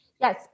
Yes